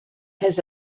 his